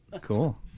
Cool